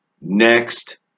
next